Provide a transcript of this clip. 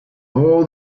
all